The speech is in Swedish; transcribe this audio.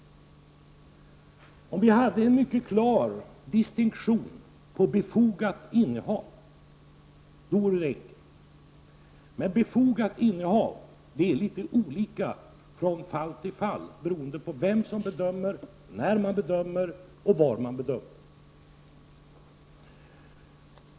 Om vi hade en mycket klar distinktion på begreppet ”befogat innehav” vore det enkelt. Men tolkningen av ”befogat innehav” är litet olika från fall till fall och beror på vem som bedömer, när man bedömer och var man bedömer.